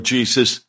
Jesus